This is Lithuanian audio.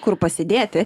kur pasidėti